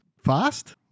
Fast